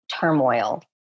turmoil